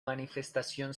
manifestación